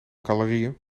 calorieën